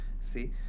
See